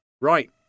Right